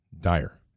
dire